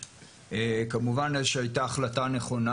כמובן שהייתה החלטה נכונה.